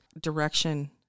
direction